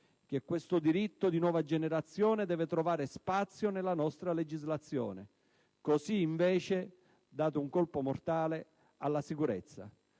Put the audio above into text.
che questo diritto di nuova generazione deve trovare spazio nella nostra legislazione. Così, invece, date un colpo mortale alla sicurezza.